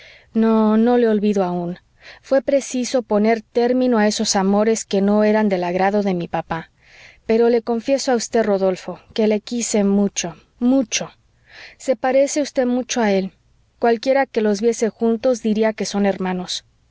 no no le olvido aún fué preciso poner término a esos amores que no eran del agrado de mi papá pero le confieso a usted rodolfo que le quise mucho mucho se parece usted mucho a él cualquiera que los viese juntos diría que son hermanos